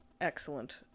excellent